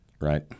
right